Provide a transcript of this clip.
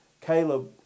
Caleb